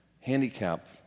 handicap